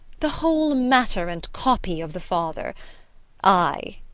the whole matter and copy of the father eye,